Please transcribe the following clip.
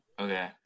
Okay